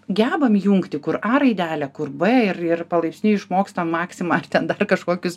gebam jungti kur a raidelė kur b ir ir palaipsniui išmokstam maxima ar ten dar kažkokius